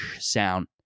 sound